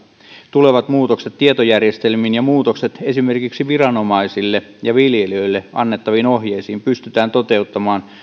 tulevat muutokset tietojärjestelmiin ja muutokset esimerkiksi viranomaisille ja viljelijöille annettaviin ohjeisiin pystytään toteuttamaan